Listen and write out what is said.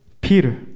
Peter